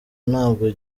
ntabwo